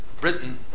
Britain